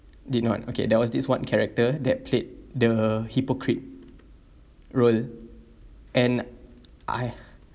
did not okay there was this one character that played the hypocrite role and I